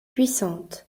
puissante